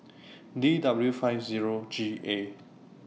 D W five Zero G A